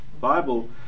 Bible